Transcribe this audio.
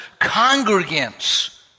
congregants